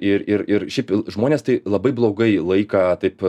ir ir ir šiaip žmonės tai labai blogai laiką taip